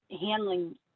handling